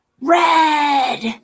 Red